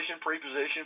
pre-position